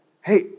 hey